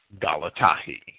Galatahi